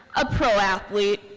a pro-athlete,